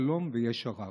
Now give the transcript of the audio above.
שלום וישע רב.